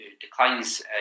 declines